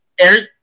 Eric